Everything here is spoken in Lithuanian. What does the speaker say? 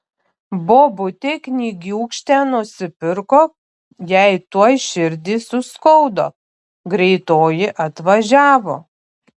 bobutė knygiūkštę nusipirko jai tuoj širdį suskaudo greitoji atvažiavo